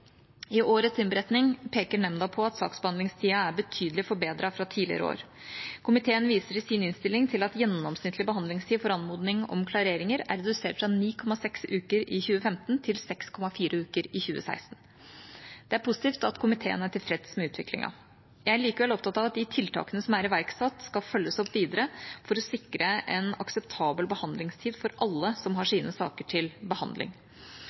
I årets innberetning peker nemnda på at saksbehandlingstida er betydelig forbedret fra tidligere år. Komiteen viser i sin innstilling til at gjennomsnittlig behandlingstid for anmodning om klareringer er redusert fra 9,6 uker i 2015 til 6,4 uker i 2016. Det er positivt at komiteen er tilfreds med utviklingen. Jeg er likevel opptatt av at de tiltakene som er iverksatt, skal følges opp videre, for å sikre en akseptabel behandlingstid for alle som har sine saker til behandling.